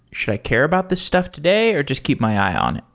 should i care about this stuff today or just keep my eye on it?